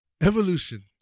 Evolution